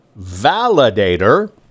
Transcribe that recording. validator